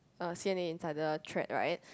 uh C_N_A inside the thread right